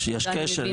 יש קשר.